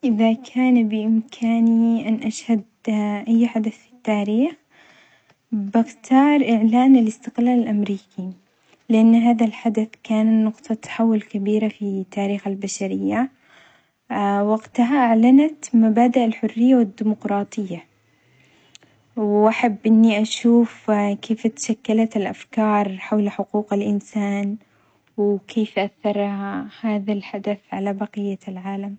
إذا كان بإمكاني أن أشهد أي حدث في التاريخ بختار إعلان الإستقلال الأمريكي، لأن هذا الحدث كان نقطة تحول كبيرة في تاريخ البشرية، وقتها أعلنت مبادئ الحرية والديموقراطية، وأحب إني أشوف وين تشكلت الأفكار حول حقوق الإنسان وكيف أثر هذا الحدث على بقية العالم.